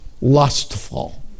lustful